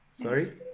Sorry